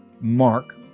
Mark